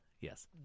Yes